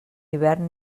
hivern